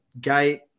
gate